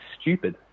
stupid